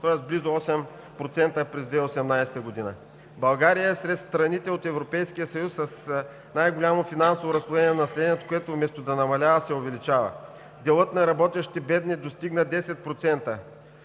тоест близо 8%, през 2018 г. България е сред страните от Европейския съюз с най-голямо финансово разслоение на населението, което вместо да намалява се увеличава. Делът на работещите бедни достигна 10%,